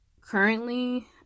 currently